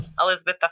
Elizabeth